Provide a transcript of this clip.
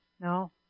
No